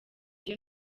gihe